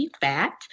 Fat